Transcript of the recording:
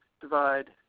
divide